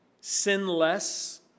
sinless